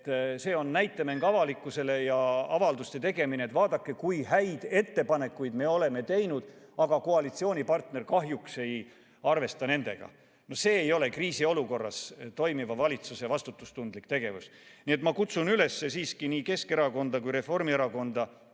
See on näitemäng avalikkusele ja avalduste tegemine: "Vaadake, kui häid ettepanekuid me oleme teinud, aga koalitsioonipartner kahjuks ei arvesta nendega." No see ei ole kriisiolukorras toimiva valitsuse vastutustundlik tegevus. Nii et ma kutsun siiski nii Keskerakonda kui ka Reformierakonda